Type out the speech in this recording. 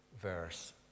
verse